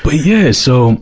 but yeah. so